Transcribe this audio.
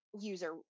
user